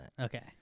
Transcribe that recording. Okay